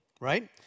Right